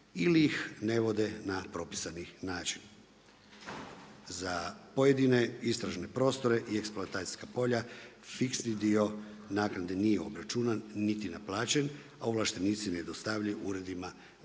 ili ih ne vode na propisani način. Za pojedine istražne prostore i eksploatacijska polja fiksni dio naknade nije obračunat niti naplaćen, a ovlaštenici ne dostavljaju uredima državne